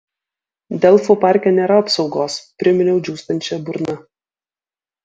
delfų parke nėra apsaugos priminiau džiūstančia burna